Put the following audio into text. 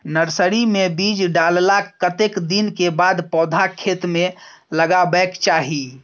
Nursery मे बीज डाललाक कतेक दिन के बाद पौधा खेत मे लगाबैक चाही?